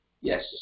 Yes